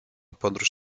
podróż